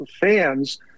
fans